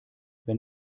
wenn